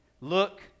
Look